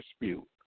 dispute